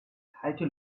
kalte